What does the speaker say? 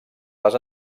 les